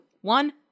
one